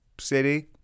city